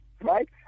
right